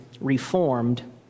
reformed